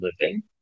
living